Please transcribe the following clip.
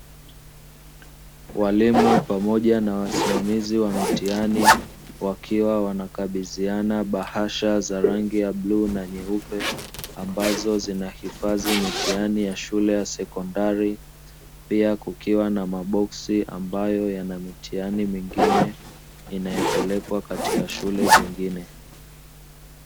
Walimu pamoja na wasimamizi wa mitihani wakiwa wanakabidhiana bahasha za rangi ya bluu na nyeupe, ambazo zinahifadhi mitihani ya shule ya sekondari pia kukiwa na maboksi ambayo yana mitihani mingine inayopelekwa katika shule zingine.